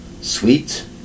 sweet